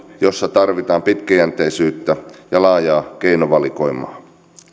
jossa tarvitaan pitkäjänteisyyttä ja laajaa keinovalikoimaa